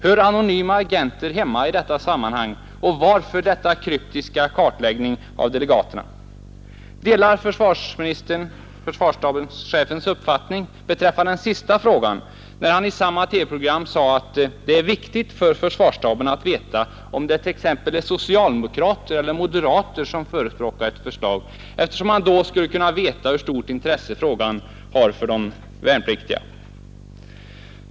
Hör anonyma agenter hemma i detta sammanhang? Och varför denna kryptiska kartläggning av delegaterna? Delade försvarsministern försvarsstabschefens uppfattning beträffande den sistnämnda frågan, när han i samma TV-program sade att det är viktigt för försvarsstaben att känna till om det t.ex. är socialdemokrater eller moderater som förespråkar ett förslag, eftersom man då skulle 11 kunna veta hur stort intresse saken har för de värnpliktiga?